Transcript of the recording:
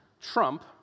Trump